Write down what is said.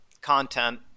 content